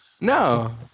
No